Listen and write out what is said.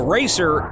Racer